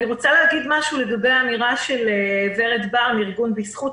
אני רוצה להגיד משהו לגבי האמירה של ורד בר מארגון בזכות.